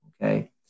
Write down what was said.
Okay